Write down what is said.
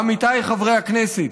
עמיתיי חברי הכנסת,